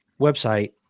website